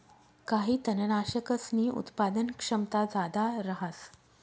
काही तननाशकसनी उत्पादन क्षमता जादा रहास